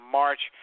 march